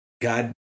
God